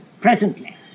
presently